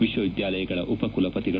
ವಿಶ್ವವಿದ್ನಾಲಯಗಳ ಉಪಕುಲಪತಿಗಳು